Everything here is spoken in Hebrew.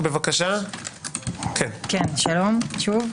שוב שלום.